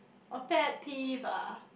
oh pet peeve ah